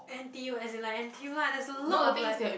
N_T_U as in N_T_U lah there's a lot of like